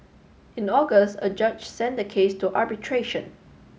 in August a judge sent the case to arbitration